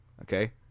Okay